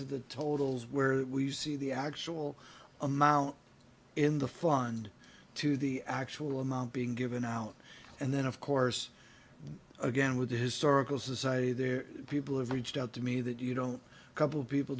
to the totals where that we see the actual amount in the fund to the actual amount being given out and then of course again with the historical society there people have reached out to me that you don't couple people